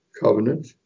covenant